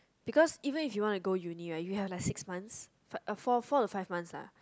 because even you want to go to uni right you have like six month uh four four to five month lah